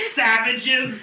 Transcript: savages